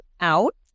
out